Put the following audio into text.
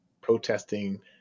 protesting